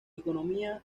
economía